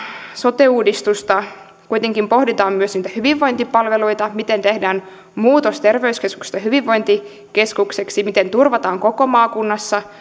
sote uudistusta kuitenkin pohditaan myös niitä hyvinvointipalveluita miten tehdään muutos terveyskeskuksesta hyvinvointikeskukseksi miten turvataan koko maakunnassa